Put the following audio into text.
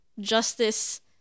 justice